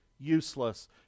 useless